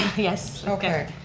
yes. okay.